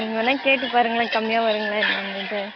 நீங்கள் வேணா கேட்டு பாருங்களேன் கம்மியாக வருங்களா என்னனுட்டு